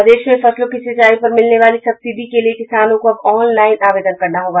प्रदेश में फसलों की सिंचाई पर मिलने वाली सब्सिडी के लिये किसानों को अब ऑनलाइन आवेदन करना होगा